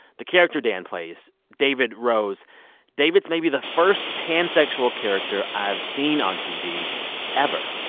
the character dan plays, david rose david's maybe the first pansexual character i've seen on tv ever.